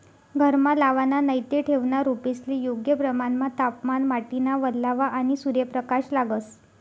घरमा लावाना नैते ठेवना रोपेस्ले योग्य प्रमाणमा तापमान, माटीना वल्लावा, आणि सूर्यप्रकाश लागस